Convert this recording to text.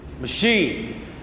Machine